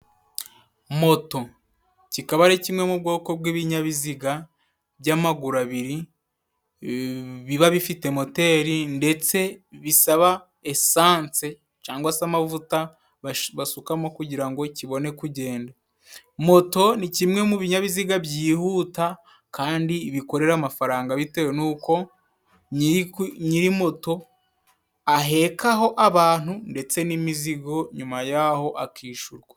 Moto kikaba ari kimwe mu bwoko bw'ibinyabiziga by'amaguru abiri, biba bifite moteri ndetse bisaba esanse cyangwa se amavuta basukamo kugira ngo kibone kugenda. Moto ni kimwe mu binyabiziga byihuta, kandi bikorera amafaranga bitewe nuko nyiri moto ahekaho abantu ndetse n'imizigo, nyuma yaho akishyurwa.